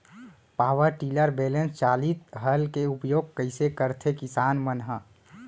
Power tiller बैलेंस चालित हल के उपयोग कइसे करथें किसान मन ह?